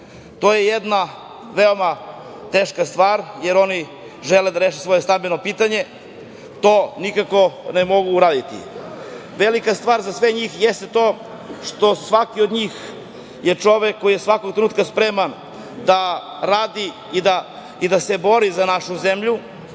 To je jedna veoma teška stvar, jer oni žele da reše svoje stambeno pitanje. To nikako ne mogu uraditi. Velika stvar za sve njih jeste to što svaki od njih je čovek koji se svakog trenutka spreman da radi i da se bori za našu zemlju